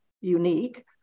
unique